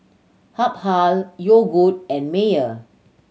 Habhal Yogood and Mayer